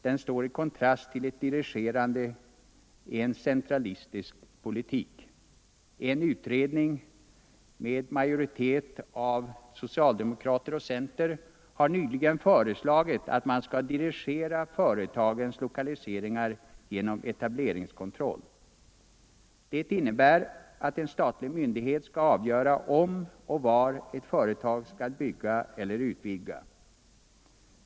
Det står i kontrast till en dirigerande, centralistisk politik. En utredning med en majoritet bestående av socialdemokrater och centerpartister har nyligen föreslagit att man skall dirigera företagens lokaliseringar genom etableringskontroll. Det innebär att en statlig myndighet skall avgöra om och var ett företag skall få bygga eller utvidga.